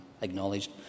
acknowledged